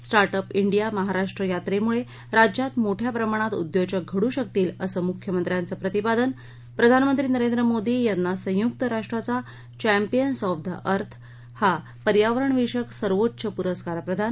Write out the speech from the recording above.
startup India Maharashtra यात्रेमुळं राज्यात मोठया प्रमाणात उदयोजक घडू शकतील असं मुख्यमंत्र्यांचं प्रतिपादन प्रधानमंत्री नरेंद्र मोदी यांना संयुक्त राष्ट्राचा चॅपियन्स ऑफ द अर्थ हा पर्यावरणविषयक सर्वोच्च पुरस्कार प्रदान